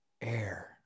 Air